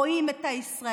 רואה את הישראלים.